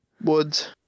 woods